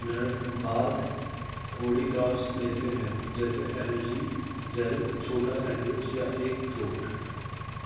minute بعد تھوڑی کاپس لیتے ہیں جیسے اینرجی جیل چھوٹا سینڈوچ یا ایک فروٹ